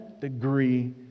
degree